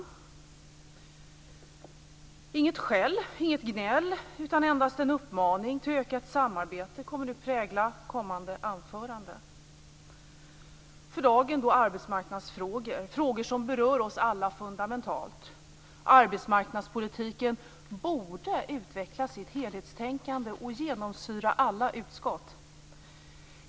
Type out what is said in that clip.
Inget skäll, inget gnäll, utan endast en uppmaning till ökat samarbete kommer att prägla kommande anförande. För dagen gäller det arbetsmarknadsfrågor. Det är frågor som berör oss alla fundamentalt. Arbetsmarknadspolitiken borde utveckla sitt helhetstänkande och genomsyra alla utskott.